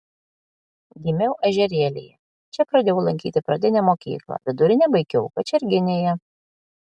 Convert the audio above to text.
gimiau ežerėlyje čia pradėjau lankyti pradinę mokyklą vidurinę baigiau kačerginėje